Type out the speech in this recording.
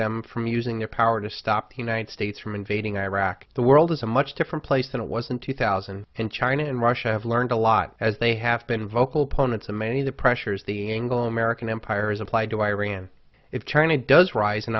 them from using their power to stop united states from invading iraq the world is a much different place than it was in two thousand and china and russia have learned a lot as they have been vocal opponents of many of the pressures the anglo american empire is applied to iran if china does rise in